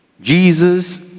Jesus